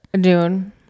dune